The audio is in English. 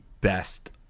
best